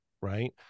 right